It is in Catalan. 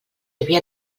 havia